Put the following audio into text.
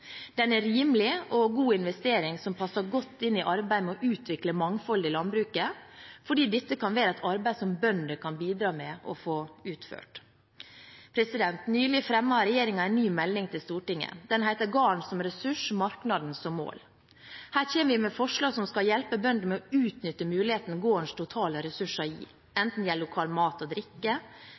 Den er en rimelig og god investering, som passer godt inn i arbeidet med å utvikle mangfoldet i landbruket, fordi dette kan være et arbeid som bønder kan bidra til å få utført. Nylig fremmet regjeringen en ny melding til Stortinget. Den heter Garden som ressurs – marknaden som mål. Her kommer vi med forslag som skal hjelpe bøndene med å utnytte mulighetene gårdens totale ressurser gir, enten det gjelder lokal mat og drikke,